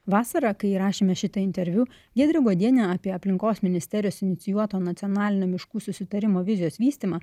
vasarą kai įrašėme šitą interviu giedrė godienė apie aplinkos ministerijos inicijuoto nacionalinio miškų susitarimo vizijos vystymą